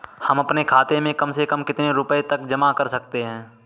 हम अपने खाते में कम से कम कितने रुपये तक जमा कर सकते हैं?